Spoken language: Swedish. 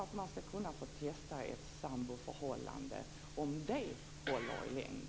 Det handlar naturligtvis i första hand om kortare tid.